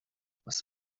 бас